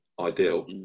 ideal